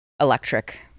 electric